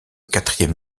quatrième